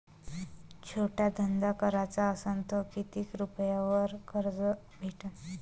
छोटा धंदा कराचा असन तर किती रुप्यावर कर्ज भेटन?